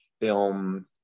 film